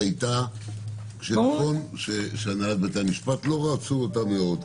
נכון שהנהלת בתי המשפט לא רצו את ההחלטה הזאת,